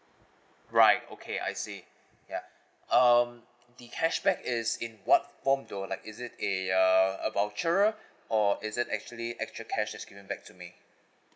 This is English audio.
right okay I see ya um the cashback is in what form though like is it a uh a voucher or is it actually actual cash is giving back to me